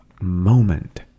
moment